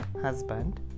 husband